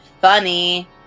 funny